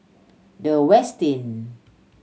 The Westin